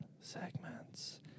segments